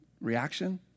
reaction